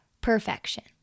perfection